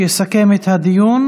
יסכם את הדיון